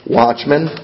watchmen